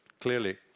clearly